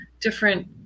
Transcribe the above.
different